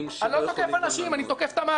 אני לא תוקף אנשים אלא תוקף את המערכת.